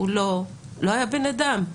הוא לא היה בן אדם.